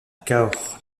cahors